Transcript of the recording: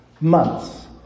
months